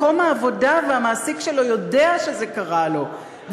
מקום העבודה והמעסיק שלו יודע שזה קרה לו,